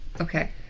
Okay